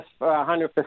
100%